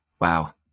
Wow